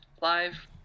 live